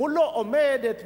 מולו עומדת משפחה,